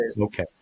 okay